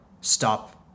stop